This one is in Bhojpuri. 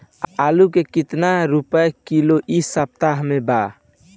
आलू का कितना रुपया किलो इह सपतह में बा?